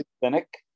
clinic